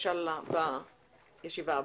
אינשאללה בישיבה הבאה.